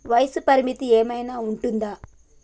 వయస్సు పరిమితి ఏమైనా ఉంటుందా?